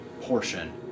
portion